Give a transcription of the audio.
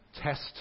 Test